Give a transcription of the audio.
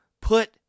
put